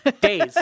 days